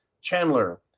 Chandler